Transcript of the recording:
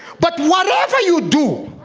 but whatever you do